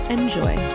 Enjoy